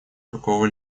какого